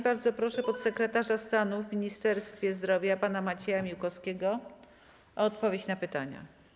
Bardzo proszę podsekretarza stanu w Ministerstwie Zdrowia pana Macieja Miłkowskiego o odpowiedź na pytania.